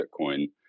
Bitcoin